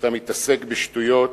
אתה מתעסק בשטויות,